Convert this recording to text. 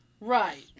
Right